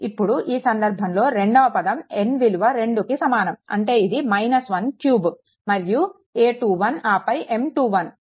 ఇప్పుడు ఈ సందర్భంలో రెండవ పదం n విలువ 2కి సమానం అంటే ఇది 3 మరియు a21 ఆపై M21